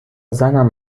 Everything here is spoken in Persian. زنم